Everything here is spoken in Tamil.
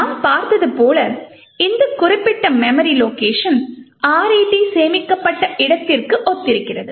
நாம் பார்த்தது போல இந்த குறிப்பிட்ட மெமரி லோகேஷன் RET சேமிக்கப்பட்ட இடத்திற்கு ஒத்திருக்கிறது